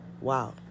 Wow